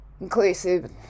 inclusive